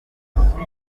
umushinga